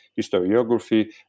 historiography